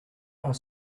are